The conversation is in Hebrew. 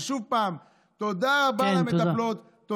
ושוב, תודה רבה למטפלות, כן.